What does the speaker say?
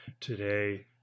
today